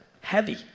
heavy